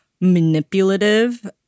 manipulative